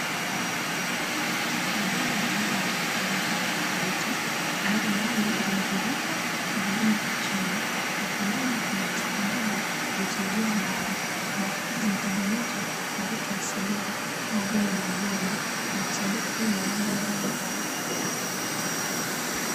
Vidonge vya dawa vya aina tatu tofauti, ambavyo baadhi vipo kwenye vijiko, na vingine kwa chini. Na pembeni kuna chupa ndogo zilizojaa dawa. Na hizi zimetengenezwa na vitu asilia, kama vile majani, na kusaidia kutibu maradhi mbalimbali.